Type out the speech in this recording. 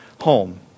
home